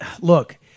look